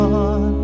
on